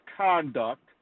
conduct